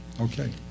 Okay